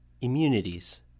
Immunities